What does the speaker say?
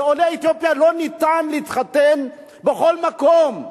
לעולי אתיופיה לא ניתן להתחתן בכל מקום.